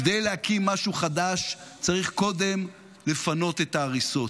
כדי להקים משהו חדש צריך קודם לפנות את ההריסות.